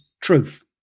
truth